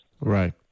Right